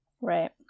Right